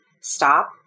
stop